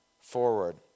forward